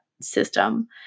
system